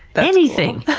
but anything!